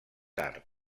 tard